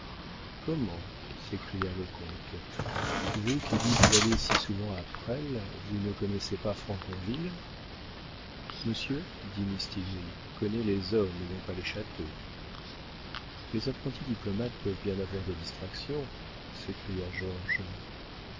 comment s'écria le comte vous qui dites aller si souvent à presles vous ne connaissez pas franconville monsieur dit mistigris connaît les hommes et non pas les châteaux les apprentis diplomates peuvent bien avoir des distractions s'écria